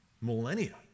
millennia